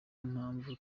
mpamvu